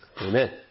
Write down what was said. Amen